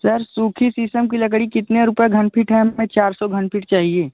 sir सूखी शीशम की लकड़ी कितने रुपये घन फीट है हमें चार सौ घन फीट चाहिए